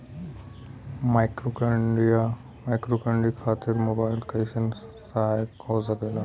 Marketing खातिर mobile कइसे सहायक हो सकेला?